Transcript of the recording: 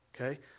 Okay